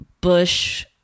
Bush